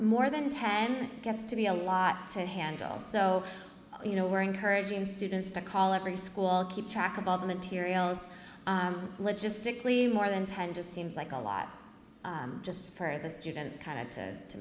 more than ten gets to be a lot to handle so you know we're encouraging students to call every school keep track of all the materials logistically more than ten just seems like a lot just for the student kind of to